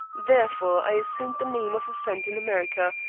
therefore, i assumed the name of a friend in america,